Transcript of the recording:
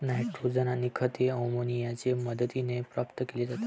nitrogen आणि खते अमोनियाच्या मदतीने प्राप्त केली जातात